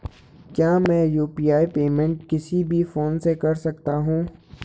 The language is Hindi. क्या मैं यु.पी.आई पेमेंट किसी भी फोन से कर सकता हूँ?